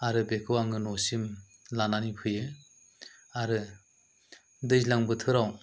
आरो बेखौ आङो न'सिम लानानै फैयो आरो दैज्लां बोथोराव